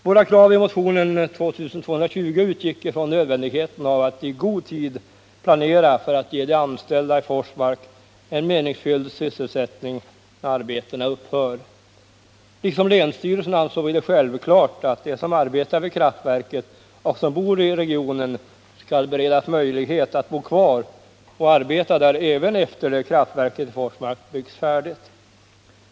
Våra krav i motionen 2220 utgick från nödvändigheten av att i god tid planera för att ge de anställda i Forsmark en meningsfylld sysselsättning när arbetena upphör. Liksom länsstyrelsen ansåg vi det självklart, att de som arbetar vid kraftverket och som bor i regionen skall beredas möjlighet att bo kvar och arbeta där även efter det att kraftverket i Forsmark byggts färdigt.